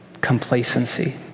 complacency